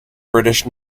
british